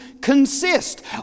consist